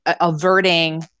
averting